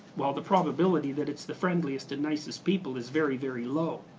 well the probability that it's the friendliest and nicest people is very, very low.